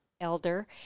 elder